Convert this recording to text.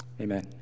Amen